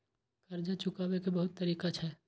कर्जा चुकाव के बहुत तरीका छै?